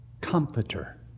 comforter